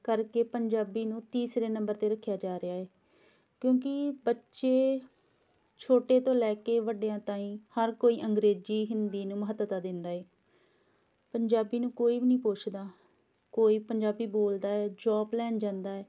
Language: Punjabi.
ਕਰਕੇ ਪੰਜਾਬੀ ਨੂੰ ਤੀਸਰੇ ਨੰਬਰ 'ਤੇ ਰੱਖਿਆ ਜਾ ਰਿਹਾ ਹੈ ਕਿਉਂਕਿ ਬੱਚੇ ਛੋਟਿਆਂ ਤੋਂ ਲੈ ਕੇ ਵੱਡਿਆਂ ਤਾਈਂ ਹਰ ਕੋਈ ਅੰਗਰੇਜ਼ੀ ਹਿੰਦੀ ਨੂੰ ਮਹੱਤਤਾ ਦਿੰਦਾ ਹੈ ਪੰਜਾਬੀ ਨੂੰ ਕੋਈ ਵੀ ਨਹੀਂ ਪੁੱਛਦਾ ਕੋਈ ਪੰਜਾਬੀ ਬੋਲਦਾ ਹੈ ਜੋਬ ਲੈਣ ਜਾਂਦਾ ਹੈ